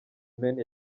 mane